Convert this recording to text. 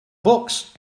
books